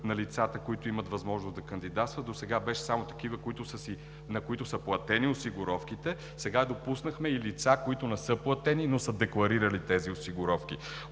на лицата, които имат възможност да кандидатстват. Досега беше само за такива, на които са платени осигуровките, сега допуснахме и лица, на които не са платени, но са декларирани тези осигуровки.